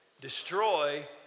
Destroy